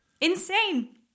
Insane